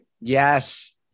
Yes